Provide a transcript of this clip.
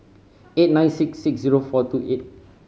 eight nine six six zero four two eight